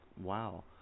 wow